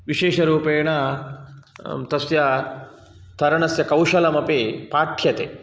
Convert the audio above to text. विशेषरूपेण तस्य तरणस्य कौशलमपि पाठ्यते